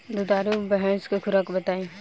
दुधारू भैंस के खुराक बताई?